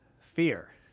fear